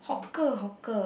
hawker hawker